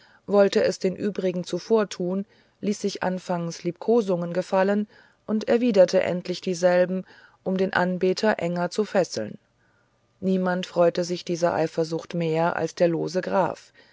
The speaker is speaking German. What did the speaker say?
wollte es den übrigen zuvortun ließ sich anfangs liebkosungen gefallen und erwiderte endlich dieselben um den anbeter enger zu fesseln niemand freute sich dieser eifersucht mehr als der lose graf